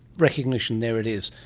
recognition, there it is.